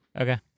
Okay